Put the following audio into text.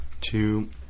two